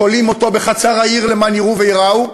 תולים אותו בחוצות העיר למען יראו וייראו,